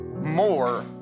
more